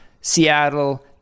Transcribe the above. Seattle